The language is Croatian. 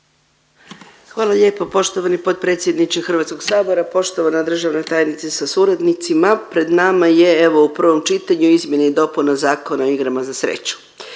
Hvala lijepa poštovani potpredsjedniče Hrvatskog sabora, poštovana državna tajnice sa suradnicima. Pred nama je evo u prvom čitanju izmjena i dopuna Zakona o igrama za sreću.